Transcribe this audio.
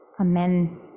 Amen